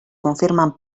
confirmen